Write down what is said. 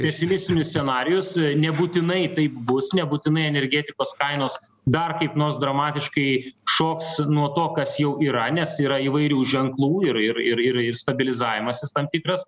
pesimistinius scenarijus nebūtinai taip bus nebūtinai energetikos kainos dar kaip nors dramatiškai šoks nuo to kas jau yra nes yra įvairių ženklų ir ir ir ir ir stabilizavimasis tam tikras